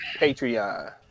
Patreon